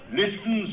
listen